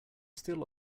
steal